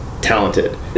talented